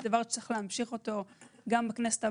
זה דבר שצריך להמשיך אותו גם בכנסת הבאה.